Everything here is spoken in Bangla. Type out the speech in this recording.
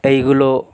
এইগুলো